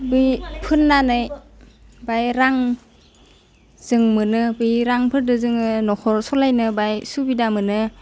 बे फोननानै ओमफाय रां जों मोनो बे रांफोरदों जोङो नखर सलाइनो बाय सुबिदा मोनो